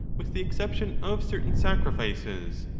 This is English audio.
with the exception of certain sacrifices,